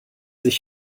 sich